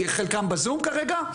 חלקם בזום כרגע,